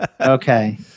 Okay